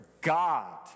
God